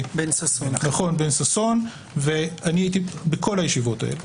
בן ששון, והייתי בכל הישיבות האלה.